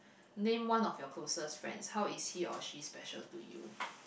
name one of your closest friends how is he or she special to you